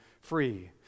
free